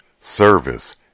service